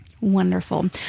Wonderful